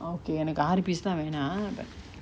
okay எனக்கு ஆறு:enaku aaru piece தா வேணா:tha vena but